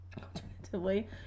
Alternatively